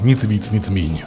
Nic víc, nic míň.